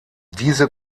diese